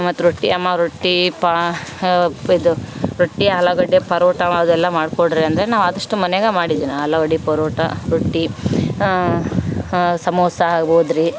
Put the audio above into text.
ಮತ್ತೆ ರೊಟ್ಟಿ ಅಮ್ಮ ರೊಟ್ಟಿ ಪಾ ಇದು ರೊಟ್ಟಿ ಆಲೂಗಡ್ಡೆ ಪರೋಟ ಅದೆಲ್ಲ ಮಾಡ್ಕೊಡ್ರಿ ಅಂದರೆ ನಾವು ಆದಷ್ಟು ಮನೆಯಾಗೆ ಮಾಡಿದೀನಿ ಆಲೂಗಡ್ಡೆ ಪರೋಟ ರೊಟ್ಟಿ ಸಮೋಸ ಆಗ್ಬೌದು ರೀ